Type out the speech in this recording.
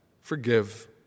forgive